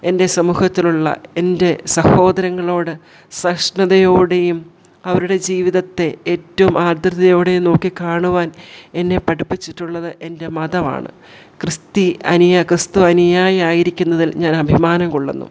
എൻ്റെ സമൂഹത്തിലുള്ള എൻ്റെ സഹോദരങ്ങളോട് സഹിഷ്ണുതയോടെയും അവരുടെ ജീവിതത്തെ ഏറ്റവും ആർദ്രതയോടെയും നോക്കി കാണുവാൻ എന്നെ പഠിപ്പിച്ചിട്ടുള്ളത് എൻ്റെ മതമാണ് ക്രിസ്റ്റി അനിയാ ക്രിസ്തു അനുയായി ആയിരിക്കുന്നതിൽ ഞാനഭിമാനം കൊള്ളുന്നു